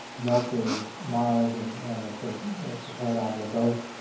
melt those miles, and and it's ah it's a paradigm that both